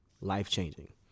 life-changing